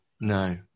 no